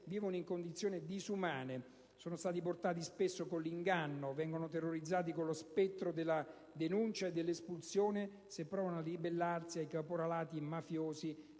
vivono in condizioni disumane, sono stati portati spesso con l'inganno, vengono terrorizzati con lo spettro della denuncia e dell'espulsione se provano a ribellarsi ai capolarati mafiosi,